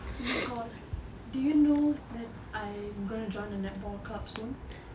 oh my god do you know that I am going to join a netball club soon